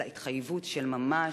אלא התחייבות של ממש,